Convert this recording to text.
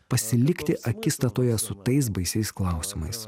pasilikti akistatoje su tais baisiais klausimais